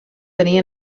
tenir